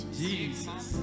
jesus